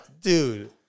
dude